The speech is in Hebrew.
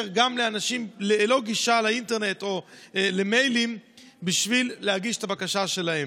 גם לאנשים ללא גישה לאינטרנט או למיילים להגיש את הבקשה שלהם.